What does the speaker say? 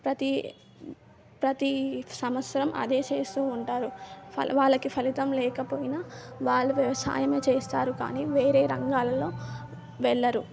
ప్రతీ ప్రతీ సంవత్సరం అదే చేస్తూ ఉంటారు ఫ వాళ్ళకి ఫలితం లేకపోయినా వాళ్ళు వ్యవసాయమే చేస్తారు కానీ వేరే రంగాలలో వెళ్ళరు